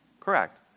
Correct